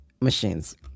machines